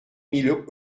mille